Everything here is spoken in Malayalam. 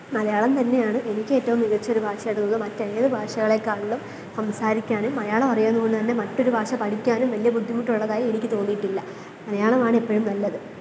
മലയാളം തന്നെയാണ് എനിക്ക് ഏറ്റവും മികച്ചൊരു ഭാഷയായിട്ട് തോന്നിയത് മറ്റ് ഏത് ഭാഷകളേക്കാളും സംസാരിക്കാനും മലയാളം അറിയാവുന്നത് കൊണ്ടുതന്നെ മറ്റൊരു ഭാഷ പഠിക്കാനും വല്യ ബുദ്ധിമുട്ടുള്ളതായി എനിക്ക് തോന്നിയിട്ടില്ല മലയാളമാണ് എപ്പോഴും നല്ലത്